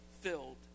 filled